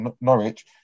Norwich